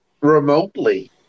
remotely